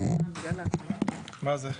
מה זה?